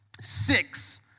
six